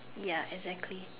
ya exactly